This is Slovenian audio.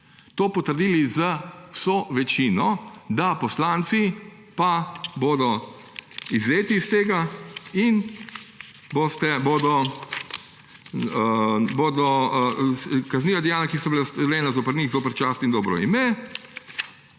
to potrdili z vso večino, da poslanci pa bodo izvzeti iz tega in bodo kazniva dejanja, ki so bila storjena zoper njih, zoper čast in dobro ime,